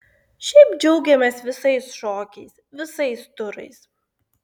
šiaip džiaugiamės visais šokiais visais turais